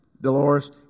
Dolores